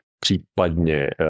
případně